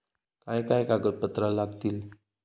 काय काय कागदपत्रा लागतील?